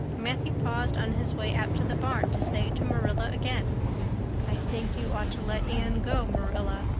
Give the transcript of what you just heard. matthew paused on his way out to the barn to say to marilla again i think you ought to let anne go, marilla.